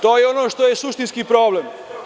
To je ono što je suštinski problem.